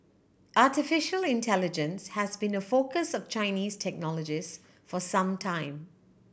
artificial intelligence has been a focus of Chinese technologists for some time